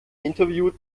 interview